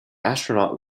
astronaut